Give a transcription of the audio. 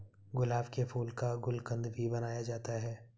गुलाब के फूल का गुलकंद भी बनाया जाता है